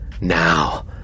Now